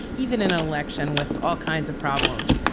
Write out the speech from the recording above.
even in an election with all kinds of problems,